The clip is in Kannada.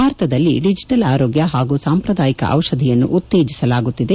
ಭಾರತದಲ್ಲಿ ಡಿಜಿಟಲ್ ಆರೋಗ್ಯ ಹಾಗೂ ಸಾಂಪ್ರದಾಯಿಕ ದಿಷಧಿಯನ್ನು ಉತ್ತೇಜಿಸಲಾಗುತ್ತಿದೆ